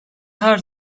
her